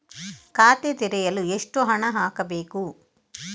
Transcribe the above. ಖಾತೆ ತೆರೆಯಲು ಎಷ್ಟು ಹಣ ಹಾಕಬೇಕು?